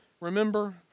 remember